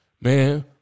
Man